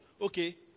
Okay